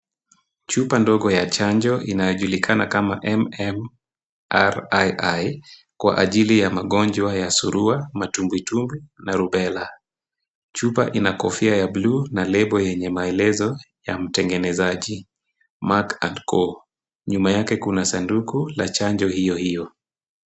Chupa ndogo ya chanjo, inayojulikana kama MMR II kwa ajili ya magonjwa ya Surua, Matumbwitumbwi na Rubela. Chupa ina kofia ya bluu na lebo ya mtengenezaji. [can]Mark and go . Nyuma yake kuna sanduku la chanjo hiyo hiyo.